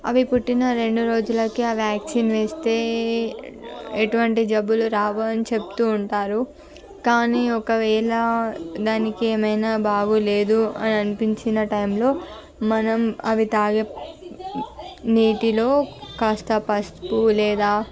అవి పుట్టిన రెండు రోజులకే ఆ వ్యాక్సిన్ వేస్తే ఎటువంటి జబ్బులు రావు అని చెబుతూ ఉంటారు కానీ ఒకవేళ దానికి ఏమైనా బాగోలేదు అని అనిపించిన టైంలో మనం అవి త్రాగే నీటిలో కాస్త పసుపు లేదా